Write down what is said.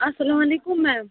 اسلام علیکُم میم